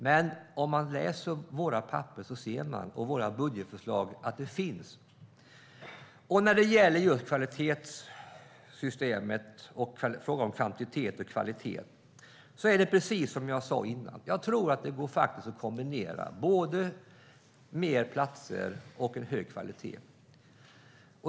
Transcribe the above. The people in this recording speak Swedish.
Men om man läser i våra papper och budgetförslag ser man att det finns. När det gäller kvalitetssystemet och frågan om kvantitet och kvalitet är det precis som jag sa innan: Jag tror faktiskt att det går att kombinera fler platser med en hög kvalitet.